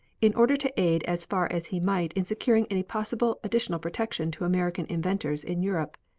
in order to aid as far as he might in securing any possible additional protection to american inventors in europe.